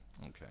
Okay